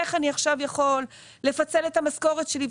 איך אני עכשיו יכול לפצל את המשכורת שלי?".